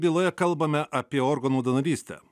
byloje kalbame apie organų donorystę